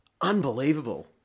unbelievable